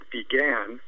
began